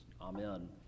amen